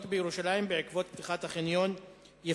900 ו-908: הפגנות בירושלים בעקבות פתיחת החניון בשבת.